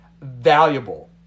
Valuable